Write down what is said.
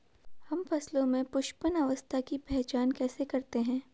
हम फसलों में पुष्पन अवस्था की पहचान कैसे करते हैं?